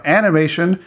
animation